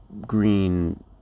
green